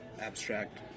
abstract